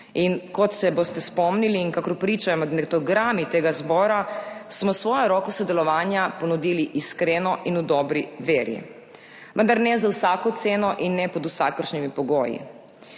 In kot se boste spomnili in kakor pričajo magnetogrami tega zbora, smo svojo roko sodelovanja ponudili iskreno in v dobri veri, vendar ne za vsako ceno in ne pod vsakršnimi pogoji.